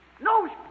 no